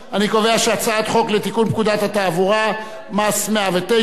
אני קובע שהצעת חוק לתיקון פקודת התעבורה (מס' 109),